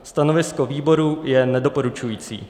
Stanovisko výboru je nedoporučující.